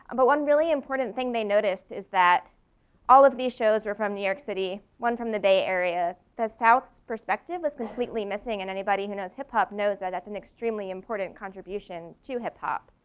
and but one really important thing they noticed is that all of these shows were from new york city, one from the bay area. the south's perspective was completely missing, and anybody who knows hip-hop knows that that's an extremely important contribution to hip-hop.